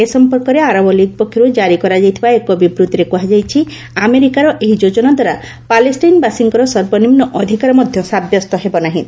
ଏ ସମ୍ପର୍କରେ Arab League ପକ୍ଷରୁ ଜାରି କରାଯାଇଥିବା ଏକ ବିବୃତ୍ତିରେ କୁହାଯାଇଛି ଆମେରିକାର ଏହି ଯୋଜନାଦ୍ୱାରା ପାଲେଷ୍ଟାଇନ୍ବାସୀଙ୍କର ସର୍ବନିମ୍ନ ଅଧିକାର ମଧ୍ୟ ସାବ୍ୟସ୍ତ ହେବ ନାହିଁ